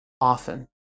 often